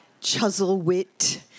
Chuzzlewit